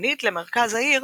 צפונית למרכז העיר